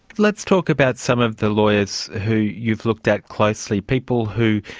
let's talk about some of the lawyers who you've looked at closely, people who,